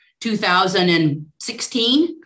2016